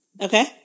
Okay